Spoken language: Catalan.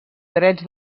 drets